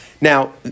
Now